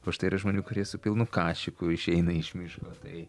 o štai yra žmonių kurie su pilnu kašiku išeina iš miško tai